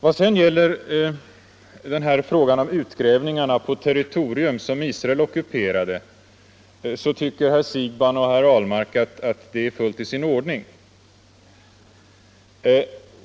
Vad sedan gäller frågan om utgrävningarna på territorium som Israel ockuperat tycker herr Siegbahn och herr Ahlmark att de är fullt i sin ordning.